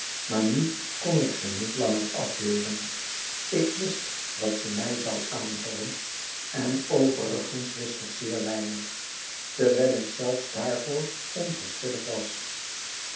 maar nu kon ik ze niet langer afweren ik wist dat ze mij zou aanvallen en overigens wist ik zeer weinig terwijl ik zelfs daarvoor onverschillig was